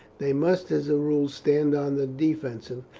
they must as a rule stand on the defensive,